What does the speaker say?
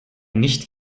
nicht